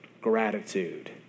gratitude